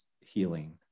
healing